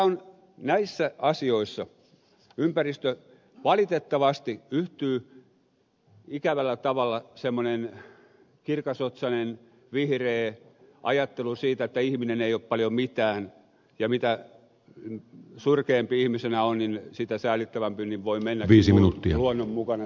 eli näissä asioissa ympäristöön valitettavasti yhtyy ikävällä tavalla semmoinen kirkasotsainen vihreä ajattelu siitä että ihminen ei ole paljon mitään ja mitä surkeampi ihmisenä on mitä säälittävämpi niin voi mennä luonnon mukana